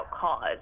cause